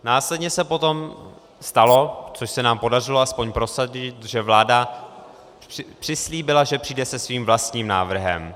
Následně se potom stalo, což se nám podařilo aspoň prosadit, že vláda přislíbila, že přijde se svým vlastním návrhem.